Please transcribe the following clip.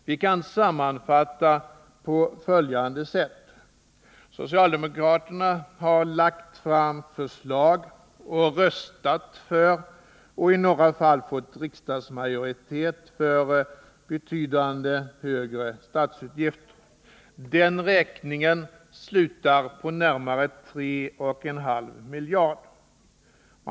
Jag kan sammanfatta på följande sätt: Socialdemokraterna har lagt fram förslag om, röstat för och i några fall fått riksdagsmajoritet för betydligt högre statsutgifter. Den räkningen slutar på närmare 3,5 miljarder kronor.